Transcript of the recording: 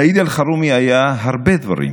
סעיד אלחרומי היה הרבה דברים,